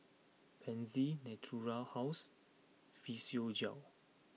Pansy Natura House Physiogel